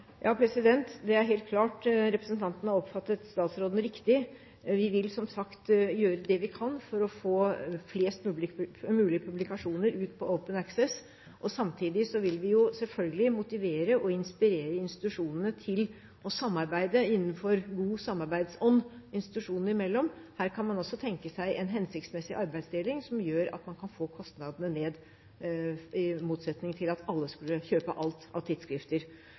Det er helt klart at representanten har oppfattet statsråden riktig. Vi vil, som sagt, gjøre det vi kan for å få flest mulig publikasjoner ut på Open Access. Samtidig vil vi selvfølgelig motivere og inspirere institusjonene til å samarbeide innenfor god samarbeidsånd institusjonene imellom. Her kan man også tenke seg en hensiktsmessig arbeidsdeling som gjør at man får kostnadene ned, i motsetning til at alle skulle kjøpe alt av